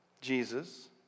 Jesus